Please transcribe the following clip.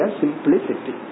simplicity